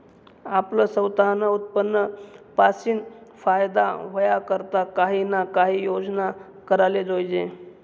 आपलं सवतानं उत्पन्न पाशीन फायदा व्हवा करता काही ना काही योजना कराले जोयजे